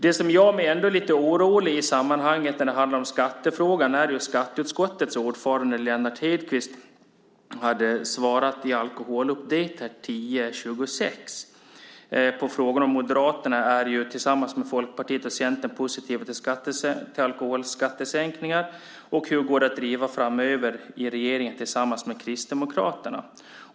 Det som ändå gör mig lite orolig när det handlar om skattefrågan är hur skatteutskottets ordförande Lennart Hedquist svarade i Alcohol Update nr 10 2006 på följande fråga: Moderaterna är ju tillsammans med Folkpartiet och Centern positiva till alkoholskattesänkningar. Hur går det att driva frågan framöver i regeringen tillsammans med Kristdemokraterna?